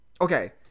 Okay